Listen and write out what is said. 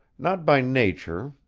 not by nature,